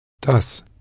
Das